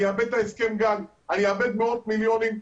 אני אאבד הסכם הגג, אני אאבד מאות מיליונים.